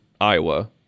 Iowa